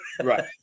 Right